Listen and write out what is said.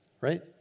right